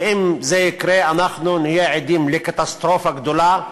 ואם זה יקרה אנחנו נהיה עדים לקטסטרופה גדולה,